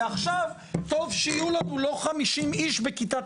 ועכשיו טוב שיהיו לנו לא 50 איש בכיתת